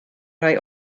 rai